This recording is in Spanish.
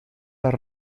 las